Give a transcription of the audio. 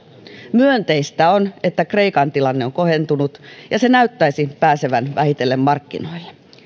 myönteistä on että kreikan tilanne on kohentunut ja se näyttäisi pääsevän vähitellen markkinoille